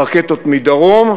הרקטות מדרום,